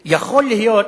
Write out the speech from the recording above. א.